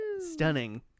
Stunning